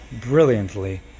brilliantly